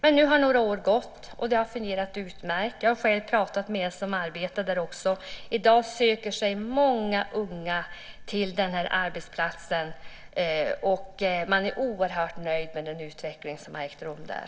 Men nu har några år gått, och det har fungerat utmärkt. Jag har själv pratat med en som arbetar där. I dag söker sig många unga till den här arbetsplatsen. Man är oerhört nöjd med den utveckling som har ägt rum där.